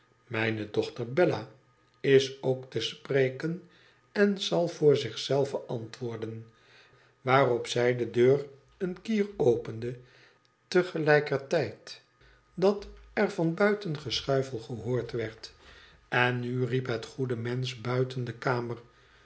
mijne dochter bella is ook te spreken en zal voor zich zelve antwoorden waarop zij de deur een kier opende te gelijker tijd dat er van buiten geschuifel geboord werd en nu riep het goede mensch buiten de kamer